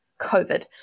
COVID